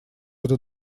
эта